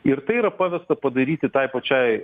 ir tai yra pavesta padaryti tai pačiai